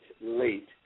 late